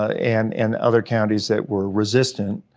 and and other counties that were resistant,